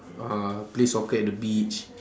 uh play soccer at the beach